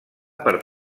per